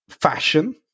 fashion